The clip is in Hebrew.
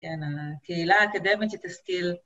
הקהילה האקדמית שתשכיל